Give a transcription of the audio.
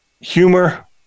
Humor